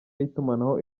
y’itumanaho